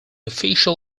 official